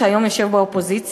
שהיום יושב באופוזיציה,